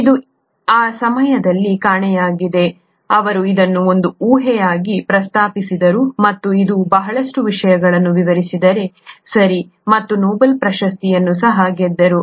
ಇದು ಆ ಸಮಯ ದ ಲ್ಲಿ ಕಾಣೆಯಾಗಿದೆ ಅವರು ಇದನ್ನು ಒಂದು ಊಹೆಯಾಗಿ ಪ್ರಸ್ತಾಪಿಸಿದರು ಮತ್ತು ಇದು ಬಹಳಷ್ಟು ವಿಷಯಗಳನ್ನು ವಿವರಿಸಿದರು ಸರಿ ಮತ್ತು ನೊಬೆಲ್ ಪ್ರಶಸ್ತಿಯನ್ನು ಸಹ ಗೆದ್ದರು